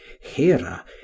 Hera